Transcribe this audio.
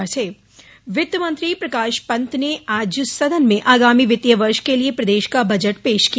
budget वित्त मंत्री प्रकाश पन्त ने आज सदन में आगामी वित्तीय वर्ष के लिए प्रदेश का बजट पेश किया